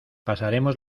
pasaremos